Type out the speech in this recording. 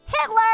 Hitler